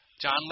John